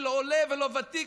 ולא עולה ולא ותיק,